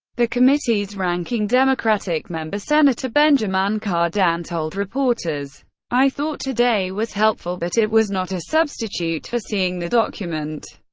the committee's ranking democratic member, senator benjamin cardin told reporters i thought today was helpful, but it was not a substitute for seeing the document.